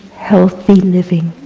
healthy living.